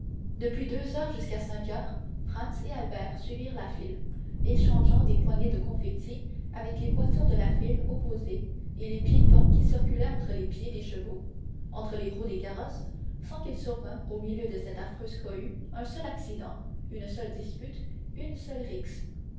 depuis deux heures jusqu'à cinq heures franz et albert suivirent la file échangeant des poignées de confetti avec les voitures de la file opposée et les piétons qui circulaient entre les pieds des chevaux entre les roues des carrosses sans qu'il survînt au milieu de cette affreuse cohue un seul accident une seule dispute une seule rixe